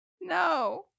no